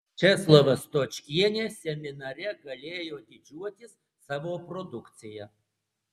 česlava stočkienė seminare galėjo didžiuotis savo produkcija